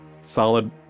solid